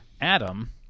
Adam